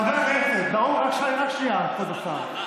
חברי הכנסת, רק שנייה, כבוד השר.